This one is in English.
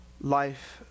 life